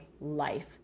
life